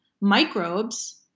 microbes